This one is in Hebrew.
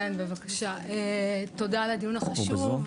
תודה על הדיון החשוב,